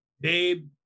Babe